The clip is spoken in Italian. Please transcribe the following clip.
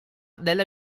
della